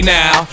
now